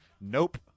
Nope